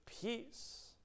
peace